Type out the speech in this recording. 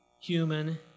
human